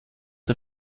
der